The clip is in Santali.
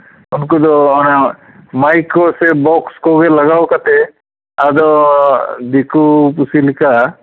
ᱩᱱᱠᱩ ᱫᱚ ᱚᱱᱟ ᱢᱟᱭᱤᱠ ᱠᱚᱜᱮ ᱥᱮ ᱵᱚᱠᱥ ᱠᱚ ᱞᱟᱜᱟᱣ ᱠᱟᱛᱮ ᱟᱫᱚ ᱫᱤᱠᱩ ᱯᱩᱥᱤ ᱞᱮᱠᱟ